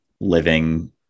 living